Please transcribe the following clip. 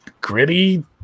gritty